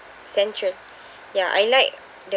central ya I like the